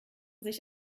sich